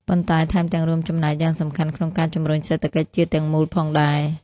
ប៉ុន្តែថែមទាំងរួមចំណែកយ៉ាងសំខាន់ក្នុងការជំរុញសេដ្ឋកិច្ចជាតិទាំងមូលផងដែរ។